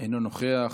אינו נוכח.